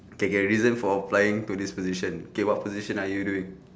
K K reason for applying to this position K what position are you doing